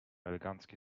elegancki